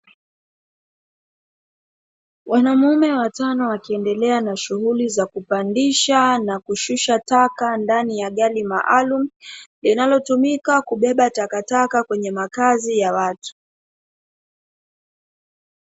Wanamume watano wakiendelea na shughuli za kupandisha na kushusha taka ndani ya gari maalumu, linalo tumika kubeba takataka kwenye makazi ya watu.